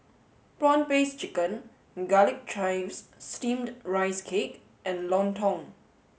prawn paste chicken garlic chives steamed rice cake and Lontong